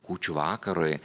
kūčių vakarui